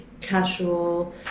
casual